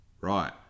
right